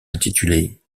intitulé